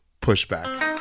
pushback